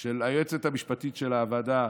של היועצת המשפטית של הוועדה,